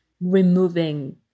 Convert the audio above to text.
removing